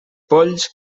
polls